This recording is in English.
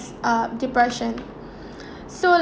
uh depression so